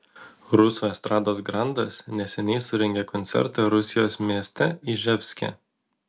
rusų estrados grandas neseniai surengė koncertą rusijos mieste iževske